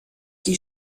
die